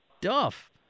Duff